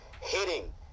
hitting